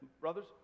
brothers